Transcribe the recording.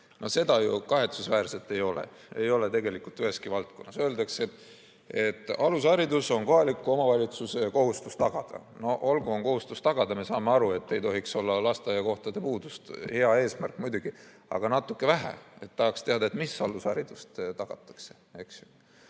seda ju kahetsusväärselt ei ole, ei ole tegelikult üheski valdkonnas. Öeldakse, et on kohaliku omavalitsuse kohustus alusharidus tagada. Olgu, on kohustus tagada, me saame aru, et ei tohiks olla lasteaiakohtade puudust. Hea eesmärk muidugi, aga seda on natuke vähe. Tahaks teada, mis alusharidust tagatakse,